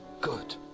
good